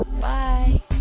Bye